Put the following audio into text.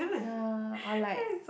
ya or like